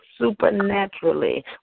supernaturally